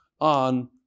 on